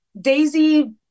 Daisy